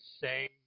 say